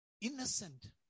innocent